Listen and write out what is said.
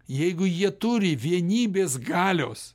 jeigu jie turi vienybės galios